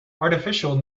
artificial